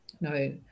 No